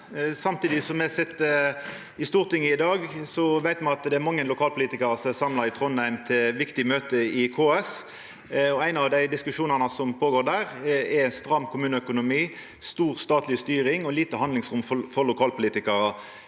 Samtidig som me sit her i Stortinget i dag, veit me at det er mange lokalpolitikarar som er samla i Trondheim til viktig møte i KS. Ein av dei diskusjonane som går føre seg der, er stram kommuneøkonomi, stor grad av statleg styring og lite handlingsrom for lokalpolitikarar.